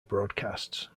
broadcasts